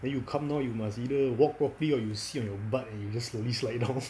then you come down you must either walk properly or you sit on your butt and you just slowly slide down